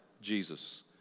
Jesus